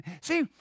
See